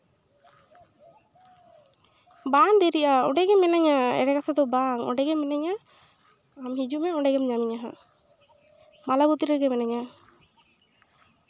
ᱵᱟᱝ ᱫᱮᱨᱤᱜᱼᱟ ᱚᱸᱰᱮ ᱜᱮ ᱢᱤᱱᱟᱹᱧᱟ ᱮᱲᱮ ᱠᱟᱛᱷᱟ ᱫᱚ ᱵᱟᱝ ᱚᱸᱰᱮ ᱜᱮ ᱢᱤᱱᱟᱹᱧᱟ ᱟᱢ ᱦᱤᱡᱩᱜ ᱢᱮ ᱚᱸᱰᱮ ᱜᱮᱢ ᱧᱟᱢᱤᱧᱟᱢ ᱦᱟᱸᱜ ᱢᱟᱞᱟᱵᱚᱛᱤ ᱨᱮᱜᱮ ᱢᱤᱱᱟᱹᱧᱟ